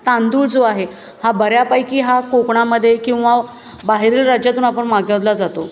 तांदूळ जो आहे हा बऱ्यापैकी हा कोकणामध्ये किंवा बाहेरील राज्यातून आपण मागवला जातो